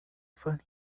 funny